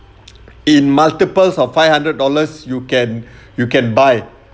in multiples of five hundred dollars you can you can buy